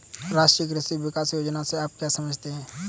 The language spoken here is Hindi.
राष्ट्रीय कृषि विकास योजना से आप क्या समझते हैं?